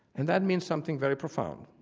and that means something very profound.